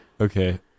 Okay